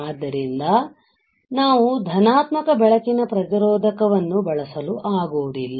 ಆದ್ದರಿಂದ ನಾವು ಧನಾತ್ಮಕ ಬೆಳಕಿನ ಪ್ರತಿರೋಧಕವನ್ನು ಬಳಸಲು ಆಗುವುದಿಲ್ಲ